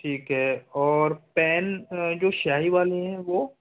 और पेन जो स्याही वाले हैं वो